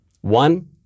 One